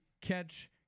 catch